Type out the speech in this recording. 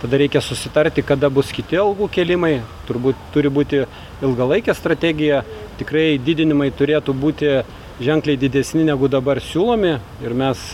tada reikia susitarti kada bus kiti algų kėlimai turbūt turi būti ilgalaikė strategija tikrai didinimai turėtų būti ženkliai didesni negu dabar siūlomi ir mes